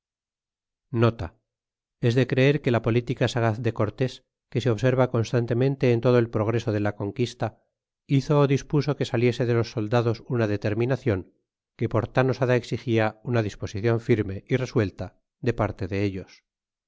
es de creer que la politica sagaz de cortés que se obsera constantemente en todo el progreso de la conquista hizo ó dispuso que saliese de los soldados una determinacion que por tan osada exigia una disposicion firme y resuelta de parte de ellos